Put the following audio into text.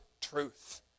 truth